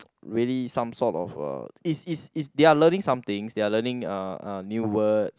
really some sort of uh is is is they are learning something they are learning uh new words